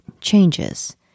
changes